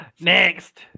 Next